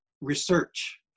research